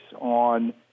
on